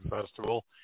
festival